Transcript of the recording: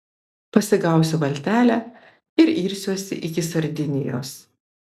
pasigausiu valtelę ir irsiuosi iki sardinijos